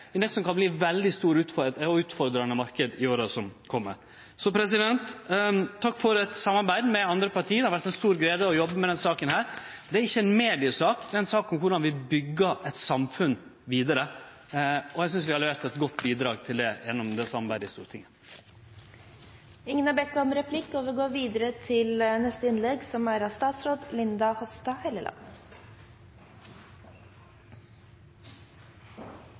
i det som kan verte ein veldig stor og utfordrande marknad i åra som kjem. Takk for samarbeidet med andre parti, det har vore ei stor glede å jobbe med denne saka her. Det er ikkje ei mediesak, det er ei sak om korleis vi byggjer eit samfunn vidare, og eg synest vi har levert eit godt bidrag til det gjennom samarbeidet i Stortinget. En av mine viktigste oppgaver som medieminister er å legge til